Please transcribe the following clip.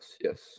yes